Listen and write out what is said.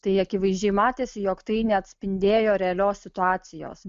tai akivaizdžiai matėsi jog tai neatspindėjo realios situacijos